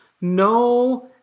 no